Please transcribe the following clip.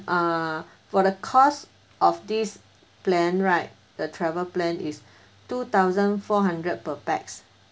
err for the cost of this plan right the travel plan is two thousand four hundred per pax